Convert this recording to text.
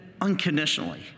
unconditionally